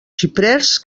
xiprers